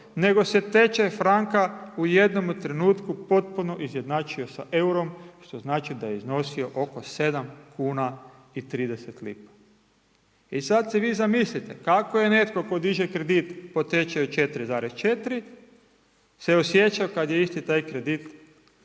nego se tečaj franka u jednome trenutku potpuno izjednačio sa eurom, što znači da je iznosio oko 7 kn i 30 lipa. I sad si vi zamislite kako je netko tko diže kredit po tečaju 4,4, se osjećao kad je isti taj kredit